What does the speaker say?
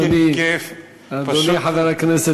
כיף, כיף, פשוט גן-עדן.